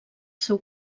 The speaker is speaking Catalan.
seu